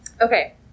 Okay